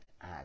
add